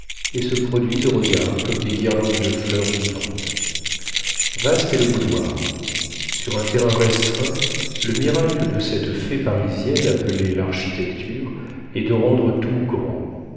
et se produisent aux regards comme des guirlandes de fleurs vivantes vaste est le boudoir sur un terrain restreint le miracle de cette fée parisienne appelée l'architecture est de rendre tout grand